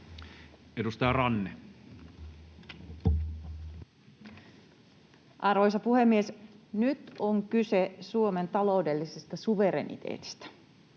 Edustaja Ranne. Arvoisa puhemies! Nyt on kyse Suomen taloudellisesta suvereniteetista.